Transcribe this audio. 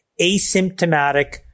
asymptomatic